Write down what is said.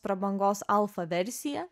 prabangos alfa versija